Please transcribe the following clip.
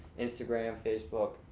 instagram, facebook,